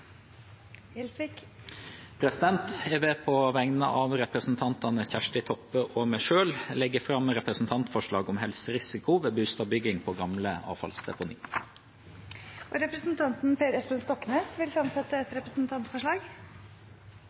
Jeg vil på vegne av representanten Kjersti Toppe og meg selv legge fram forslag om helserisiko ved bustadbygging på gamle avfallsdeponi. Representanten Per Espen Stoknes vil fremsette et representantforslag.